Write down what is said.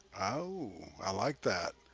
oh i like that.